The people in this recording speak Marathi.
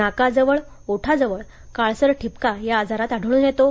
नाकाजवळ ओठाजवळ काळसर ठिपका या आजारात आढळून येतो